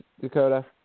Dakota